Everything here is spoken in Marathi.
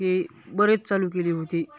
ही बरेच चालू केली होती